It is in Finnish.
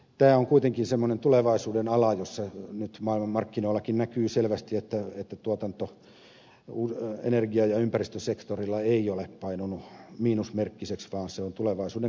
tämä on kuitenkin semmoinen tulevaisuudenala josta nyt maailmanmarkkinoillakin näkyy selvästi että tuotanto energia ja ympäristösektorilla ei ole painunut miinusmerkkiseksi vaan se on tulevaisuuden kasvuala